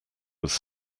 was